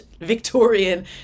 Victorian